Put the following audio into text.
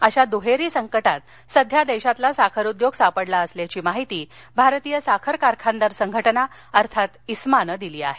अशा दुहेरी संकटात सध्या देशातील साखर उद्योग सापडला असल्याची माहिती भारतीय साखर कारखानदार संघटना अर्थात इस्मा नं दिली आहे